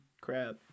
crap